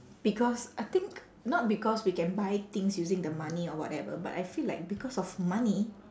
because I think not because we can buy things using the money or whatever but I feel like because of money